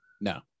no